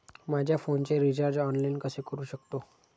माझ्या फोनचे recharge online कसे करू शकतो?